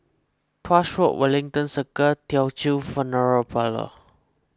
Tuas Road Wellington Circle Teochew Funeral Parlour